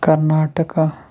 Karnataka